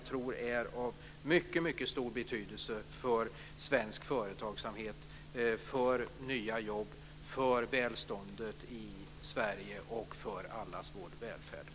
De är av mycket stor betydelse för svensk företagsamhet, nya jobb, välståndet i Sverige och allas vår välfärd.